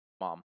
Mom